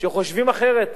שחושבים אחרת,